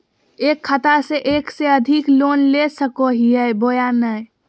एक खाता से एक से अधिक लोन ले सको हियय बोया नय?